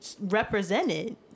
represented